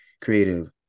creative